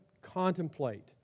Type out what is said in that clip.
contemplate